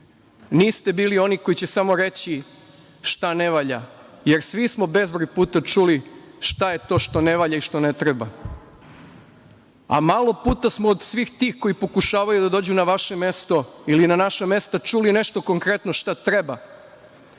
cilj. Niste bili oni koji će samo reći šta ne valja, jer svi smo bezbroj puta čuli šta je to što ne valja i što ne treba, a malo puta smo od svih tih koji pokušavaju da dođu na vaše mesto ili na naše mesta čuli nešto konkretno, šta treba.